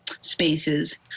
spaces